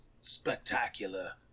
Spectacular